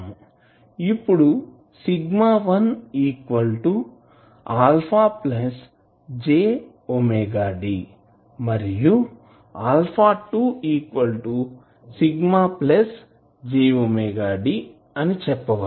ఇప్పుడు σ1 αj⍵d మరియు σ2 αj⍵d అని చెప్పవచ్చు